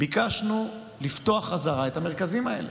ביקשנו לפתוח בחזרה את המרכזים האלה.